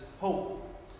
hope